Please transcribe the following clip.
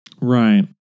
Right